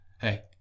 hey